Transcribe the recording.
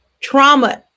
trauma